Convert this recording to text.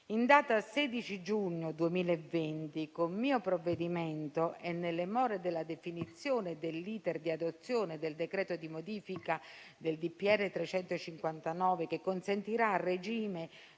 In data 16 giugno 2020, con mio provvedimento e nelle more della definizione dell'*iter* di adozione del decreto di modifica del decreto del Presidente